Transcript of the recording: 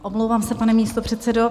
Omlouvám se, pane místopředsedo.